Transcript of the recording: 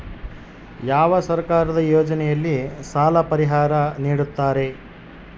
ಯಾವ ಸರ್ಕಾರದ ಯೋಜನೆಯಲ್ಲಿ ಸಾಲ ಪರಿಹಾರ ನೇಡುತ್ತಾರೆ?